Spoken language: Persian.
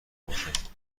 باشد